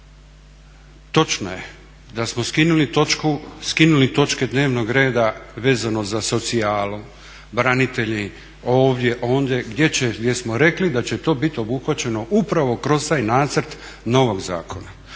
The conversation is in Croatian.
Točno je da smo skinuli točke dnevnog reda vezano za socijalu, branitelji ovdje, ondje, gdje smo rekli da će to bit obuhvaćeno upravo kroz taj nacrt novog zakona.